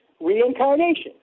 reincarnation